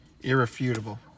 Irrefutable